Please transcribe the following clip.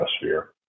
atmosphere